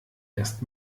erst